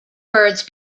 birds